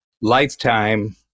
lifetime